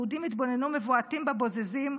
יהודים התבוננו מבועתים בבוזזים,